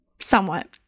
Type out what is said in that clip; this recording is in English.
Somewhat